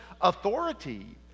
authority